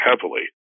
heavily